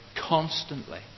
Constantly